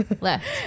left